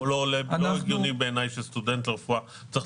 לא הגיוני בעיניי שסטודנט לרפואה צריך